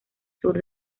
sur